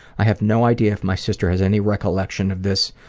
i have no idea if my sister has any recollection of this